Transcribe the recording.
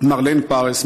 מרלן פארס,